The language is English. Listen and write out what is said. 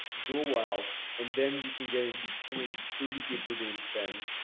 go out, and then you can get into twenty, thirty k per day in spends.